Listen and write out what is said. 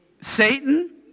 Satan